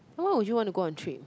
why would you want to go on a trip